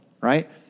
right